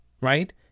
right